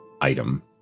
item